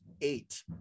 eight